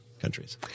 countries